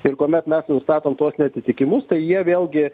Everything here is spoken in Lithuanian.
ir kuomet mes nustatom tuos neatitikimus tai jie vėlgi